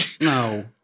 No